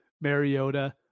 Mariota